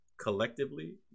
collectively